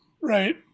right